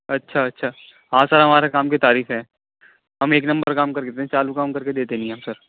اچھا اچھا ہاں سر ہمارے کام کی تعریف ہے ہم ایک نمبر کام کر کے دیتے چالو کام کر کے دیتے نہیں ہم سر